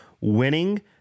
winning